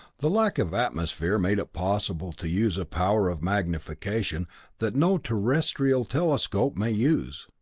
the lack of atmosphere made it possible to use a power of magnification that no terrestrial telescope may use.